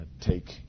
take